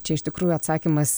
čia iš tikrųjų atsakymas